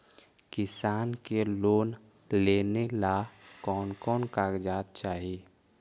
किसान के लोन लेने ला कोन कोन कागजात चाही?